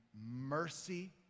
mercy